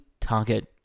target